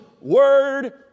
Word